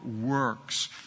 works